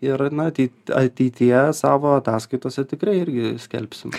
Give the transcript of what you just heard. ir na atei ateityje savo ataskaitose tikrai irgi skelbsim